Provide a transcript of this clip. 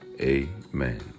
Amen